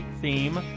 theme